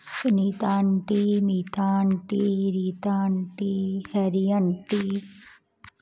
Sunita aunty Anita aunty Rita aunty Harry aunty